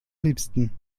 liebsten